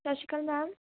ਸਤਿ ਸ਼੍ਰੀ ਅਕਾਲ ਮੈਮ